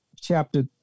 chapter